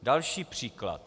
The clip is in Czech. Další příklad.